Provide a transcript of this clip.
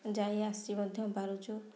ଯାଇ ଆସି ମଧ୍ୟ ପାରୁଛୁ